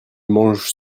mange